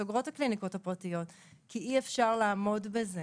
סוגרות את הקליניקות הפרטיות כי אי אפשר לעמוד בזה.